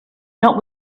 not